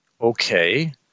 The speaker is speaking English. Okay